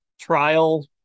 trial